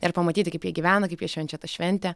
ir pamatyti kaip jie gyvena kaip jie švenčia tą šventę